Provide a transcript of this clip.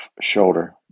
shoulder